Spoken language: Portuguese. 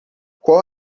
qual